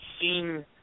Seen